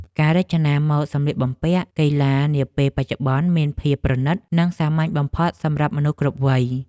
ការរចនាម៉ូដសម្លៀកបំពាក់កីឡានាពេលបច្ចុប្បន្នមានភាពប្រណីត និងសាមញ្ញបំផុតសម្រាប់មនុស្សគ្រប់វ័យ។